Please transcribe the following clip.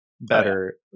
better